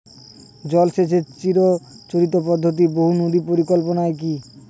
জল সেচের চিরাচরিত পদ্ধতি বহু নদী পরিকল্পনা কি?